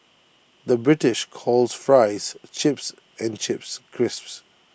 the British calls Fries Chips and Chips Crisps